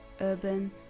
Urban